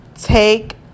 take